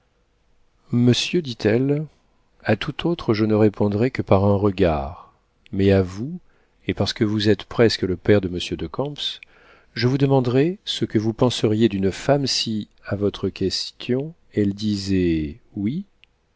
monsieur dit-elle à tout autre je ne répondrais que par un regard mais à vous et parce que vous êtes presque le père de monsieur de camps je vous demanderai ce que vous penseriez d'une femme si à votre question elle disait oui